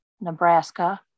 Nebraska